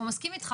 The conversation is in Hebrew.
הוא מסכים איתך,